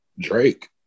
Drake